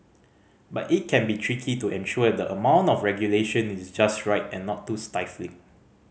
but it can be tricky to ensure that the amount of regulation is just right and not too stifling